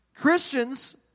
Christians